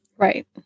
Right